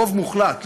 רוב מוחלט,